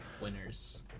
winners